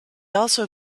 also